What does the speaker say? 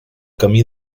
camí